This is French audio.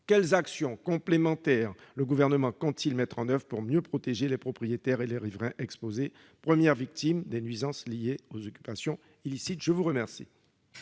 quelles actions complémentaires le Gouvernement compte-t-il mettre en oeuvre pour mieux protéger les propriétaires et les riverains exposés, car ils sont les premières victimes des nuisances liées aux occupations illicites ? La parole